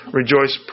rejoice